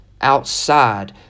outside